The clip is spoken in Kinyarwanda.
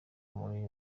muri